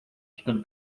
ficando